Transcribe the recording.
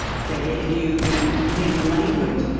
say do you and again, the language.